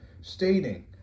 stating